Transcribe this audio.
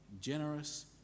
generous